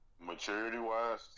maturity-wise